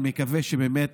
אני מקווה שבאמת